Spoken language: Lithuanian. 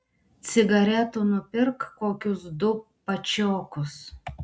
cigaretų nupirk kokius du pačiokus